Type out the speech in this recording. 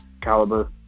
caliber